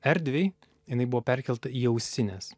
erdvei jinai buvo perkelta į ausines